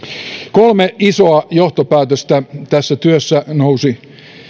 kolme isoa johtopäätöstä tässä työssä nousivat